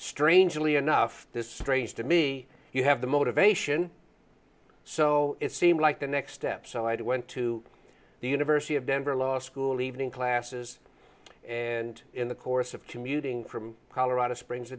strangely enough this strange to me you have the motivation so it seemed like the next step so i went to the university of denver law school evening classes and in the course of commuting from colorado springs